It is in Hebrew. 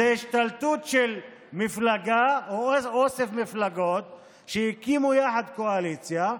זאת השתלטות של מפלגה או אוסף מפלגות שהקימו יחד קואליציה.